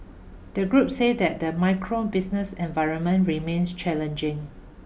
the group say that the macro business environment remains challenging